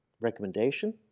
recommendation